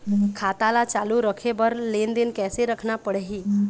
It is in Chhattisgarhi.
खाता ला चालू रखे बर लेनदेन कैसे रखना पड़ही?